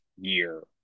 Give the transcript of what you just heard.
year